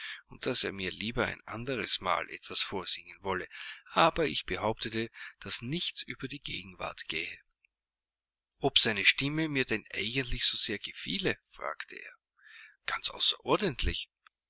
und daß er mir lieber ein anderes mal etwas vorsingen wolle aber ich behauptete daß nichts über die gegenwart gehe ob seine stimme mir denn eigentlich so sehr gefiele fragte er ganz außerordentlich